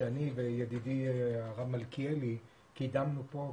שאני וידידי הרב מלכיאלי קידמנו פה,